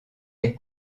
les